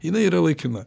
jinai yra laikina